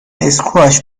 اسکواش